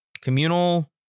communal